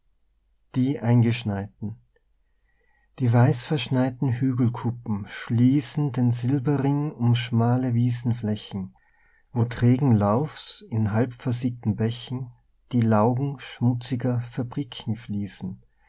die eingeschneiten die weissverschneiten hügelkuppen schliessen den silberring um schmale wiesenflächen wo trägen laufs in